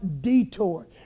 detour